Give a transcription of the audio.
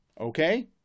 okay